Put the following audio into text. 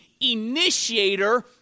initiator